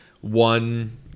one